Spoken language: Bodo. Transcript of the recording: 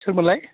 सोरमोनलाय